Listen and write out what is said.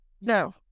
No